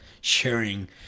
sharing